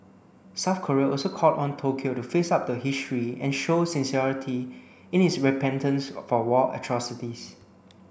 South Korea also called on Tokyo to face up to history and show sincerity in its repentance for war atrocities